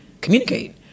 communicate